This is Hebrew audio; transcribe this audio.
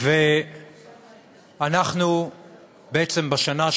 ואנחנו בעצם בשנה,